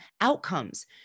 outcomes